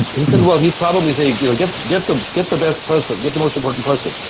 he said, well he'd probably say you know get get the get the best person. get the most important person.